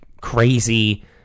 crazy